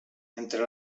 entre